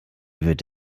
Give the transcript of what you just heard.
wird